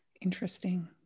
Interesting